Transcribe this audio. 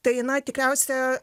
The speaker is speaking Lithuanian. tai na tikriausia